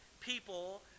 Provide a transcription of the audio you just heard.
people